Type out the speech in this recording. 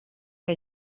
que